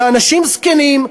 זה אנשים זקנים,